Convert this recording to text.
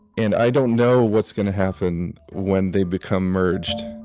and i don't know what's going to happen when they become merged.